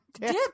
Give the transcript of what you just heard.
dip